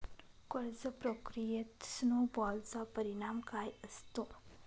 कर्ज प्रक्रियेत स्नो बॉलचा परिणाम काय असतो?